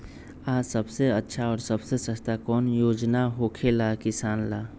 आ सबसे अच्छा और सबसे सस्ता कौन योजना होखेला किसान ला?